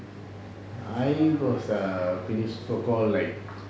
I was err finish so called like